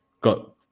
Got